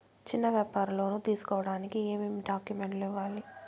చిన్న వ్యాపారులు లోను తీసుకోడానికి ఏమేమి డాక్యుమెంట్లు ఇవ్వాలి?